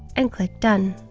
and click done.